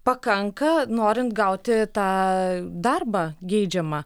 pakanka norint gauti tą darbą geidžiamą